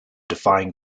defying